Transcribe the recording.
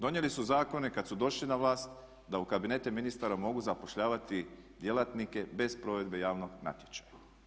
Donijeli su zakone kad su došli na vlast da u kabinete ministara mogu zapošljavati djelatnike bez provedbe javnog natječaja.